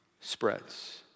spreads